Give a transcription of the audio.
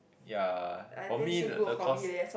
ya for me the the course